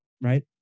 Right